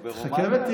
הוא ברומניה?